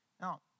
Now